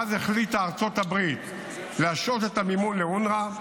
ואז החליטה ארצות הברית להשעות את המימון לאונר"א,